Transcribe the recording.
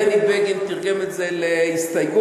בני בגין תרגם את זה להסתייגות,